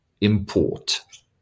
import